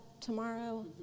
tomorrow